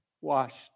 washed